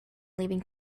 leaving